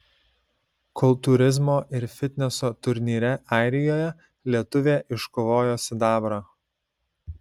kultūrizmo ir fitneso turnyre airijoje lietuvė iškovojo sidabrą